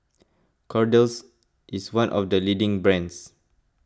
Kordel's is one of the leading brands